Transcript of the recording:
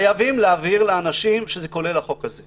חייבים להבהיר לאנשים שזה כולל החוק הזה.